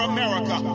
America